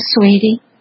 sweetie